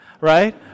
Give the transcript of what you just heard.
right